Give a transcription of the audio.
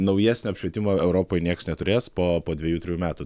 naujesnio apšvietimo europoj nieks neturės po po dvejų trejų metų